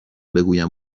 بگویم